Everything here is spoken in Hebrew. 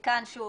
ושוב,